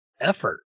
Effort